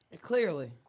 clearly